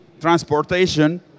transportation